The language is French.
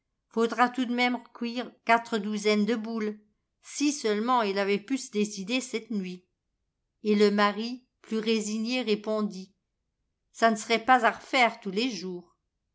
faudra tout d même r'cuire quatre douzaines de boules si seulement il avait pu s décider c'te nuit de la nuit et le mari plus résigné répondit ça n serait pas à r'faire tous les jours